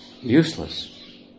useless